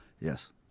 Yes